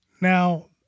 Now